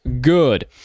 good